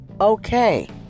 Okay